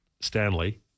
Stanley